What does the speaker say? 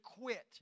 quit